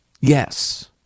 Yes